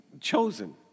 chosen